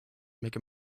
make